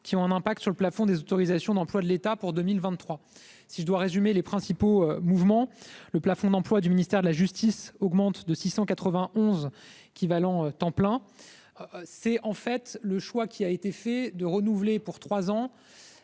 qui ont un impact sur le plafond des autorisations d'employes de l'État pour 2023. Si je dois résumer les principaux mouvements le plafond d'emplois du ministère de la justice augmente de 691 qui va en temps plein. C'est en fait le choix qui a été fait de renouveler pour 3 ans,